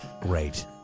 Great